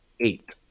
eight